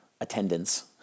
attendance